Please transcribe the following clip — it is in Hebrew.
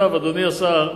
אדוני השר,